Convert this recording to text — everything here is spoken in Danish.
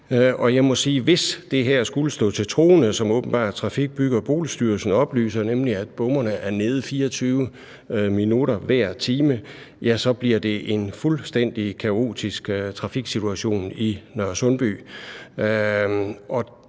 hvis det her skulle stå til troende, altså det, som Trafik-, Bygge- og Boligstyrelsen åbenbart oplyser, nemlig at bommene er nede 24 minutter hver time, bliver det en fuldstændig kaotisk trafiksituation i Nørresundby.